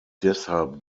deshalb